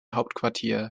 hauptquartier